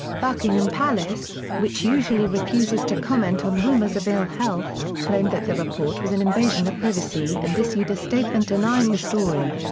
buckingham palace, which usually refuses to comment on rumours of ill health, claimed that the report was an invasion of privacy and issued a statement denying the story.